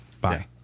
bye